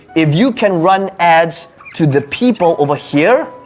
if you can run ads to the people over here,